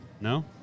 No